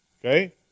Okay